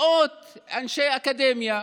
מאות אנשי אקדמיה.